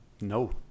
no